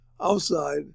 outside